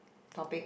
topic